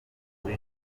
uri